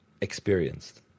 experienced